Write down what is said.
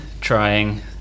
trying